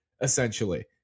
essentially